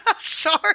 Sorry